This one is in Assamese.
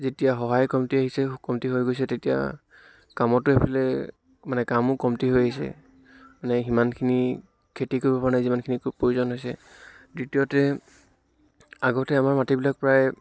যেতিয়া সহায় কমটি হৈ আহিছে কমটি হৈ গৈছে তেতিয়া কামতো এইফালে মানে কামো কমটি হৈ আহিছে মানে সিমানখিনি খেতি কৰিব পৰা নাই যিমানখিনি প্ৰয়োজন হৈছে দ্বিতীয়তে আগতে এবাৰ মাটিবিলাক প্ৰায়